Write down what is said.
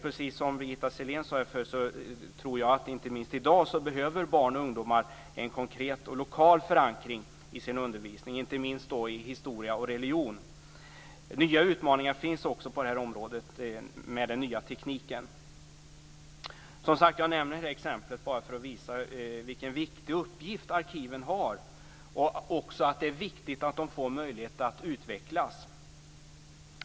Precis som Birgitta Sellén sade tror jag att barn och ungdomar inte minst i dag behöver en konkret och lokal förankring i sin undervisning, inte minst i historia och religion. Nya utmaningar finns också på detta område med den nya tekniken. Jag nämner, som sagt, detta exempel bara för att visa vilken viktig uppgift arkiven har och betydelsen av att de får möjligheter att utvecklas.